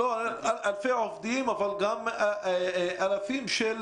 אלפי עובדים, אבל גם אלפים של